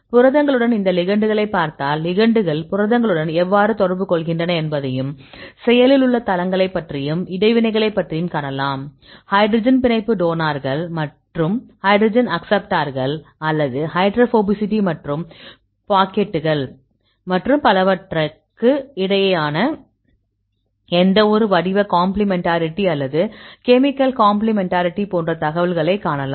புரதங்களுடன் இந்த லிகெண்டுகளைப் பார்த்தால் லிகெண்டுகள் புரதங்களுடன் எவ்வாறு தொடர்பு கொள்கின்றன என்பதையும் செயலில் உள்ள தளங்களைப் பற்றியும் இடைவினைகள் பற்றியும் காணலாம் ஹைட்ரஜன் பிணைப்பு டோனார்கள் மற்றும் ஹைட்ரஜன் அக்சப்ட்டார்கள் அல்லது ஹைட்ரோபோபசிட்டி மற்றும் பாக்கெட்டுகள் மற்றும் பலவற்றுக்கு இடையேயான எந்தவொரு வடிவ காம்ப்ளிமென்ட்டாரிட்டி அல்லது கெமிக்கல் காம்ப்ளிமென்ட்டாரிட்டி போன்ற தகவல்களை காணலாம்